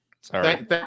Sorry